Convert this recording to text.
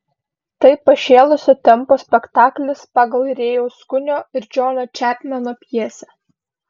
tai pašėlusio tempo spektaklis pagal rėjaus kunio ir džono čepmeno pjesę